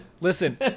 Listen